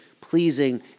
pleasing